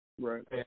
Right